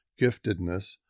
giftedness